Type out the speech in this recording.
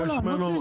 תבקש ממנו.